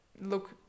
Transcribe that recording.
look